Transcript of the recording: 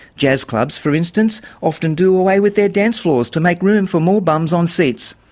jazz clubs for instance often do away with their dance floors to make room for more bums on seats.